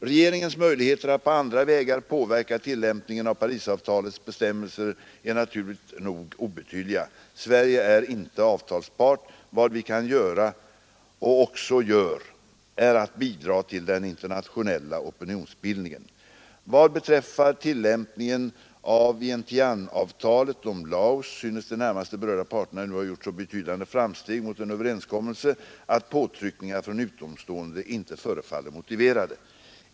Regeringens möjligheter att på andra vägar påverka tillämpningen av Parisavtalets bestämmelser är naturligt nog obetydliga. Sverige är inte avtalspart. Vad vi kan göra och också gör är att bidra till den internationella opinionsbildningen. Vad beträffar tillämpningen av Vientianeavtalet om Laos synes de närmast berörda parterna nu ha gjort så betydande framsteg mot en överenskommelse att påtryckningar från utomstående inte förefaller motiverade.